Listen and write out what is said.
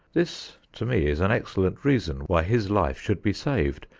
this to me is an excellent reason why his life should be saved.